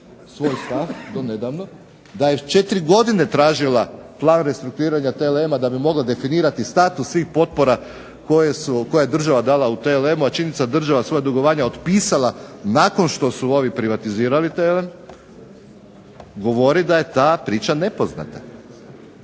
svoj stav, do nedavno, da je četiri godine tražila plan restrukturiranja TLM-a da bi mogla definirati status svih potpora koje je država dala u TLM-u, a činjenica je da je država svoja dugovanja otpisala nakon što su ovi privatizirali TLM, govori da je ta priča nepoznata.